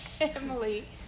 Emily